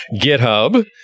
GitHub